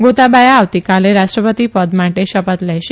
ગોતાબાયા આવતીકાલે રાષ્ટ્રપતિ પદ માટે શપથ લેશે